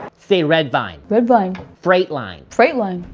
say red vine. red vine. freight line. freight line.